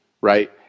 right